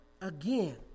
again